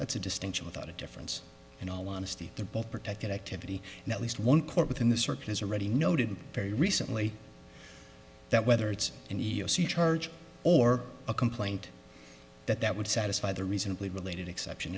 that's a distinction without a difference in all honesty they're both protected activity at least one court within the circus already noted very recently that whether it's in the sea charge or a complaint that that would satisfy the reasonably related exception